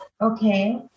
Okay